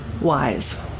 wise